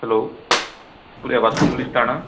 hello Vasco police Thane